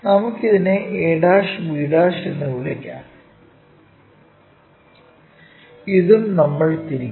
നമുക്ക് ഇതിനെ ab' എന്ന് വിളിക്കാം ഇതും നമ്മൾ തിരിക്കും